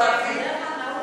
אז הוא גם אסביר את --- למה?